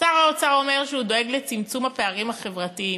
שר האוצר אומר שהוא דואג לצמצום הפערים החברתיים,